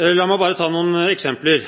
La meg ta noen eksempler.